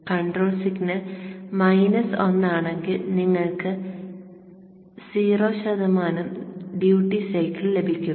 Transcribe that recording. control signal minus 1 ആണെങ്കിൽ നിങ്ങൾക്ക് 0 ശതമാനം ഡ്യൂട്ടി സൈക്കിൾ ലഭിക്കും